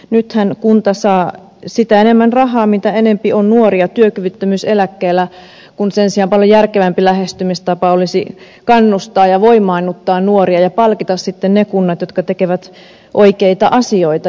nythän kunta saa sitä enemmän rahaa mitä enempi on nuoria työkyvyttömyyseläkkeellä kun sen sijaan paljon järkevämpi lähestymistapa olisi kannustaa ja voimaannuttaa nuoria ja palkita sitten ne kunnat jotka tekevät oikeita asioita